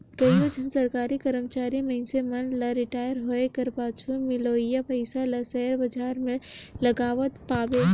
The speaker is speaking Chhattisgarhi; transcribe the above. कइयो झन सरकारी करमचारी मइनसे मन ल रिटायर होए कर पाछू मिलोइया पइसा ल सेयर बजार में लगावत पाबे